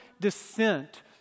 descent